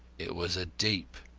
it was a deep,